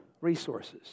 resources